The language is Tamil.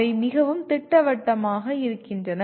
அவை மிகவும் திட்டவட்டமாக இருக்கின்றன